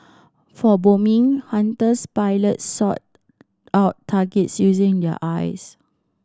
for bombing Hunter's pilots sought out targets using their eyes